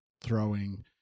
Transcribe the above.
throwing